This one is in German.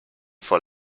vor